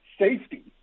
safety